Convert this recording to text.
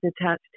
attached